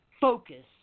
focus